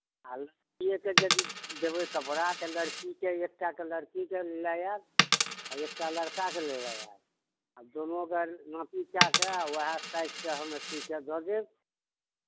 आ लड़किएके यदि देबै कपड़ा तऽ लड़कीकेँ एक टाकेँ लड़कीकेँ लऽ आयब आ एकटा लड़काकेँ लेने आयब आ दुनू गर नापी कए कऽ उएह साइजसँ हम्मे सी कऽ दऽ देब